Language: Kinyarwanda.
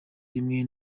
rimwe